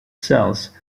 cells